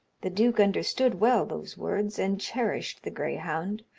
the duke understoode well those words, and cheryshed the grayhounde,